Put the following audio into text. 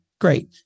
Great